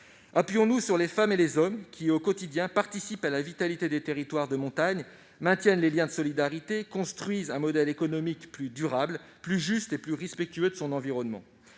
Appuyons-nous sur les femmes et les hommes qui participent au quotidien à la vitalité des territoires de montagne, maintiennent les liens de solidarité, construisent un modèle économique plus durable, plus juste et plus respectueux de son environnement